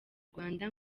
rwanda